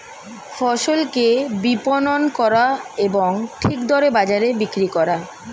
ফসলকে বিপণন করা এবং ঠিক দরে বাজারে বিক্রি করা